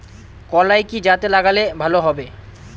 কলাই কি জাতে লাগালে ভালো হবে?